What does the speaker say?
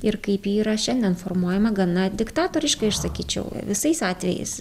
ir kaip ji yra šiandien formuojama gana diktatoriškai aš sakyčiau visais atvejais